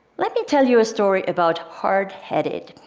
let me tell you a story about hard-headed.